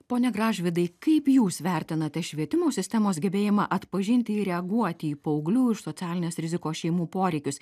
pone gražvydai kaip jūs vertinate švietimo sistemos gebėjimą atpažinti ir reaguoti į paauglių iš socialinės rizikos šeimų poreikius